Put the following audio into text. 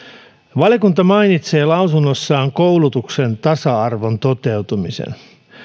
valiokunta mainitsee lausunnossaan koulutuksen tasa arvon toteutumisen